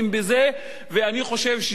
ואני חושב שזה שירות דוב,